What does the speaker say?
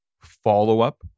follow-up